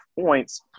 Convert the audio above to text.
points